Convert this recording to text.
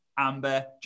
Amber